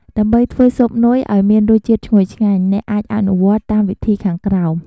ដើម្បីធ្វើស៊ុបនុយឱ្យមានរសជាតិឈ្ងុយឆ្ងាញ់ អ្នកអាចអនុវត្តតាមវិធីខាងក្រោម។